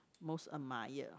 most admire